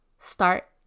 Start